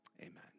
amen